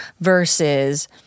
versus